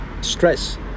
stress